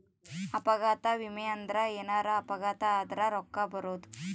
ಅಪಘಾತ ವಿಮೆ ಅಂದ್ರ ಎನಾರ ಅಪಘಾತ ಆದರ ರೂಕ್ಕ ಬರೋದು